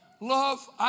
love